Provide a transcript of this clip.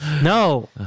No